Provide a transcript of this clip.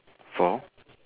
for